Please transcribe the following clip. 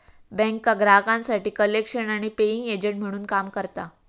बँका ग्राहकांसाठी कलेक्शन आणि पेइंग एजंट म्हणून काम करता